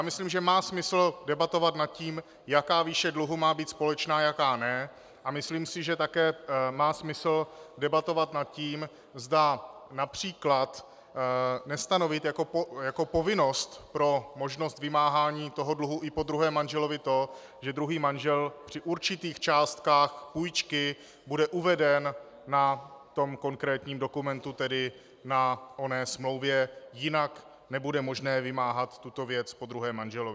Myslím, že má smysl debatovat nad tím, jaká výše dluhu má být společná a jaká ne, a myslím, že také má smysl debatovat nad tím, zda například nestanovit jako povinnost pro možnost vymáhání dluhu i po druhém manželovi to, že druhý manžel při určitých částkách půjčky bude uveden na konkrétním dokumentu, tedy na oné smlouvě, jinak nebude možné vymáhat tuto věc po druhém manželovi.